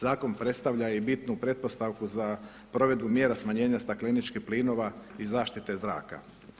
Zakon predstavlja i bitnu pretpostavku za provedbu mjera smanjenja stakleničkih plinova i zaštite zraka.